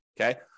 okay